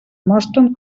mostren